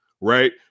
Right